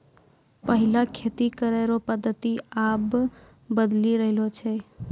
पैहिला खेती करै रो पद्धति आब बदली रहलो छै